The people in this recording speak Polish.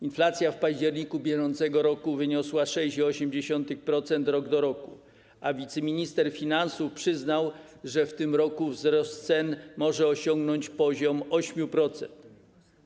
Inflacja w październiku br. wyniosła 6,8% rok do roku, a wiceminister finansów przyznał, że w tym roku wzrost cen może osiągnąć poziom 8%.